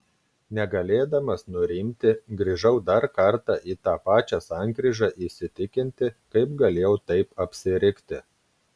negalėdamas nurimti grįžau dar kartą į tą pačią sankryžą įsitikinti kaip galėjau taip apsirikti